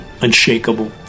unshakable